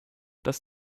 dass